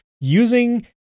using